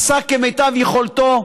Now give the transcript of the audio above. עשה כמיטב יכולתו,